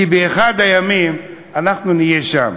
כי באחד הימים אנחנו נהיה שם.